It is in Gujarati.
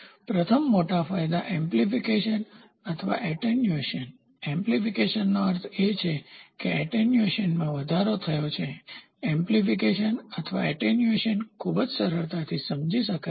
પ્રથમ મોટા ફાયદા એમ્પ્લીફિકેશન અથવા એટેન્યુએશન એમ્પ્લીફિકેશનનો અર્થ એ છે કે એટેન્યુએશનમાં વધારો થયો છે એમ્પ્લીફિકેશન અથવા એટેન્યુએશન ખૂબ જ સરળતાથી સમજી શકાય છે